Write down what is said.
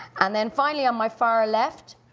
and then finally, on my far left,